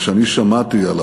אבל כשאני שמעתי על